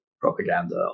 propaganda